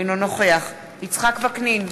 אינו נוכח יצחק וקנין,